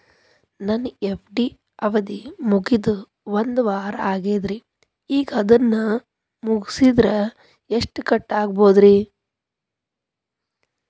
ನನ್ನ ಎಫ್.ಡಿ ಅವಧಿ ಮುಗಿದು ಒಂದವಾರ ಆಗೇದ್ರಿ ಈಗ ಅದನ್ನ ಮುರಿಸಿದ್ರ ಎಷ್ಟ ಕಟ್ ಆಗ್ಬೋದ್ರಿ?